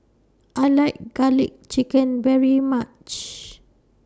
I like Garlic Chicken very much